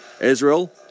Israel